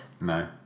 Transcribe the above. No